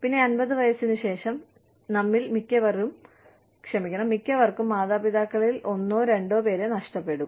പിന്നെ 50 വയസ്സിനു ശേഷം നമ്മിൽ മിക്കവർക്കും മാതാപിതാക്കളിൽ ഒന്നോ രണ്ടോ പേരെ നഷ്ടപ്പെട്ടു